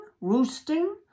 roosting